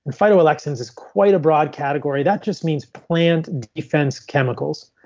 and phytoalexins is quite a broad category. that just means plant defense chemicals.